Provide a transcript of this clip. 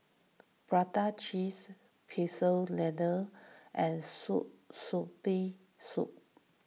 Prata Cheese Pecel Lele and Sour Spicy Soup